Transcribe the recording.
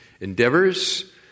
endeavors